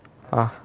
ah